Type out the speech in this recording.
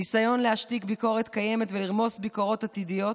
ניסיון להשתיק ביקורת קיימת ולרמוס ביקורות עתידיות,